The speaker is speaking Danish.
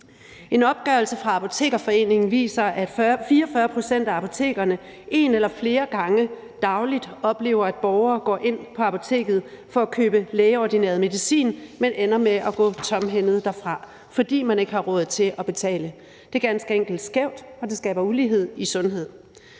En opgørelse fra Apotekerforeningen viser, at 44 pct. af apotekerne en eller flere gange dagligt oplever, at borgere går ind på apoteket for at købe lægeordineret medicin, men ender med at gå tomhændede derfra, fordi de ikke har råd til at betale. Det er ganske enkelt skævt, og det skaber ulighed i sundhed.